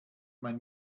mein